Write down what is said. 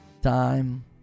Time